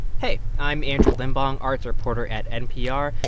hey. i'm andrew limbong, arts reporter at npr.